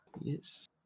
Yes